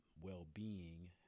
well-being